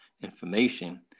information